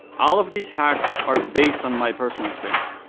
all of these hacks are based on my personal experience.